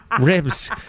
Ribs